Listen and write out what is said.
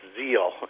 zeal